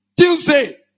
Tuesday